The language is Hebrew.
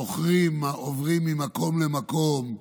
מוכרים, עוברים ממקום למקום,